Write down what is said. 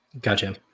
gotcha